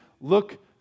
Look